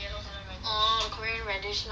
orh the korean radish lah